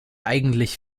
eigentlich